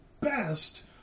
best